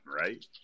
right